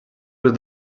with